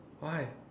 why